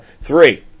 three